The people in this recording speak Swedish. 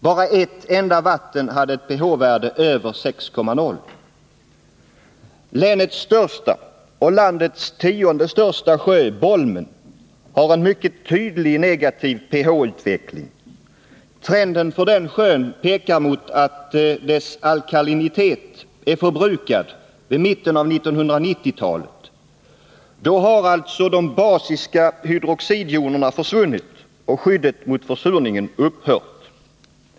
Bara ett enda vatten hade ett pH-värde över 6,0. Länets största och landets tionde sjö Bolmen har en mycket tydlig negativ pH-utveckling. Trenden för denna sjö pekar mot att dess alkalinitet är förbrukad vid mitten av 1990-talet. Då har alltså de basiska hydroxidjonerna försvunnit och skyddet mot försurning upphört.